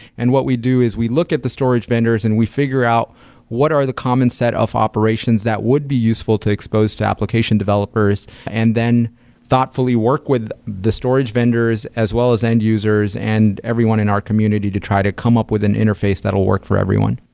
and what we do is we look at the storage vendors and we figure out what are the common set of operations that would be useful to expose to application developers and then thoughtfully work with the storage vendors as well as end-users and everyone in our community to try to come up with an interface that will work for everyone.